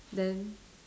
then